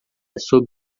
sob